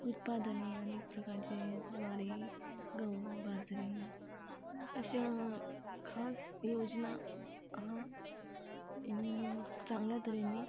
उत्पादने अनेक प्रकारचे ज्वारी गहू बाजरी अशा खास योजना चांगल्या तऱ्हेने